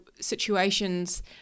situations